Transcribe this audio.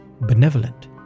benevolent